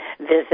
visit